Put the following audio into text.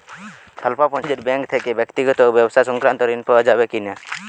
স্বল্প পুঁজির ব্যাঙ্ক থেকে ব্যক্তিগত ও ব্যবসা সংক্রান্ত ঋণ পাওয়া যাবে কিনা?